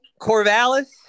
Corvallis